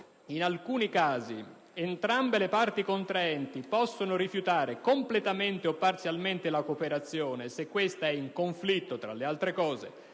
in alcuni casi entrambe le parti contraenti possono rifiutare completamente o parzialmente la cooperazione, se questa è in conflitto, tra le altre cose,